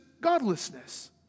godlessness